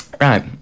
Right